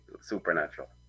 supernatural